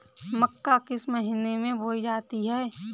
मक्का किस महीने में बोई जाती है?